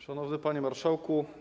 Szanowny Panie Marszałku!